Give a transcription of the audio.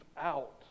out